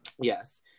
Yes